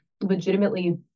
legitimately